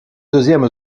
deuxième